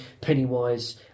Pennywise